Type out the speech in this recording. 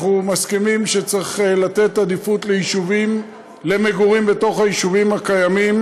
אנחנו מסכימים שצריך לתת עדיפות למגורים בתוך היישובים הקיימים,